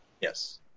Yes